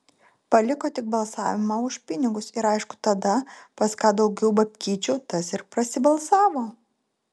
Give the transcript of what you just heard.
paliko tik balsavimą už pinigus ir aišku tada pas ką daugiau babkyčių tas ir prasibalsavo